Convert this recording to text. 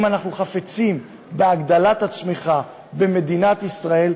אם אנחנו חפצים בהגדלת הצמיחה במדינת ישראל,